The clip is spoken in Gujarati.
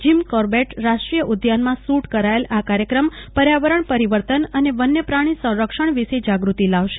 જીન કોર્બેટ રાષ્ટ્રીય ઉદ્યાનમાં શૂટ કરાયેલો આ કાર્યક્રમ પર્યાવરણ પરિવર્તન અન વન્ય પ્રા ણી સંરક્ષણ વિશે જાગતિ લાવશે